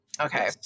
okay